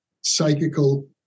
Psychical